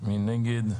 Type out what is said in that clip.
מי נגד?